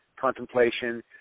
contemplation